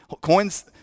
Coins